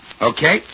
Okay